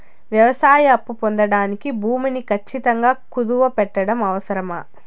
వ్యవసాయ అప్పు పొందడానికి భూమిని ఖచ్చితంగా కుదువు పెట్టడం అవసరమా?